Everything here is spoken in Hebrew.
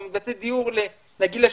מקבצי דיור לדור השלישי.